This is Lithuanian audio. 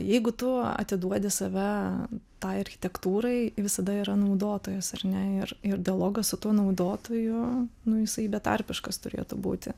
jeigu tu atiduodi save tai architektūrai visada yra naudotojas ar ne ir ir dialogas su tuo naudotoju nu jisai betarpiškas turėtų būti